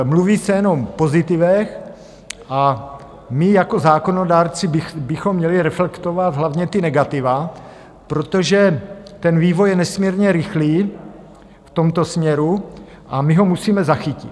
Mluví se jenom o pozitivech a my jako zákonodárci bychom měli reflektovat hlavně ta negativa, protože vývoj je nesmírně rychlý v tomto směru a my ho musíme zachytit.